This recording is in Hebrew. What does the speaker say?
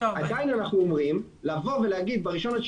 עדיין אנחנו אומרים שלבוא ולהגיד ב-1.9